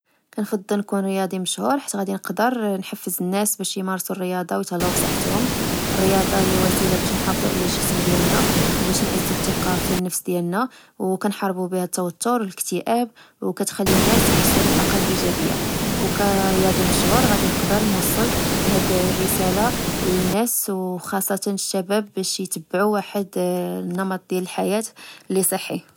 كنفضل نكون رياضي مشهور حيت غادي نقدر نحفز الناس باش يمارسو الرياضة ويتهلاو في صحتهم. الرياضة هي وسيلة باش نحافظو على الجسم ديالنا، وباش نعزو التقةفي النفس ديالنا، و كنحاربو بها التوتر والاكتئاب، وكتخلي الناس يحسو بالطاقة الإيجابية. و كرياضي مشهور، غادي نقدر نوصل هاد الرسالة لناس، وخاصة الشباب باش يتبعو واخد نمط ديال الحياة لصحي ،.